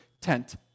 tent